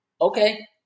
okay